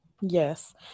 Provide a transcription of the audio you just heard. Yes